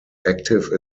active